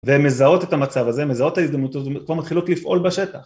והן מזהות את המצב הזה, מזהות את ההזדמנות הזו, וכבר מתחילות לפעול בשטח